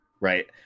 right